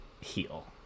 heal